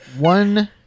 One